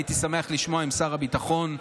הייתי שמח לשמוע אם שר הביטחון,